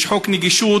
יש חוק נגישות,